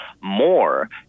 more